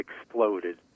exploded